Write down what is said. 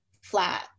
flat